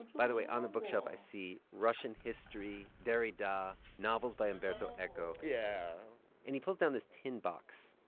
by the way, on the bookshelf, i see russian history, derrida, novels by umberto eco yeah and he pulls down this tin box.